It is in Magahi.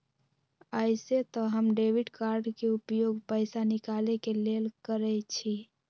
अइसे तऽ हम डेबिट कार्ड के उपयोग पैसा निकाले के लेल करइछि